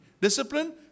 Discipline